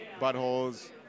buttholes